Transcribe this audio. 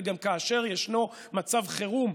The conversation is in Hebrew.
כאשר ישנו מצב חירום,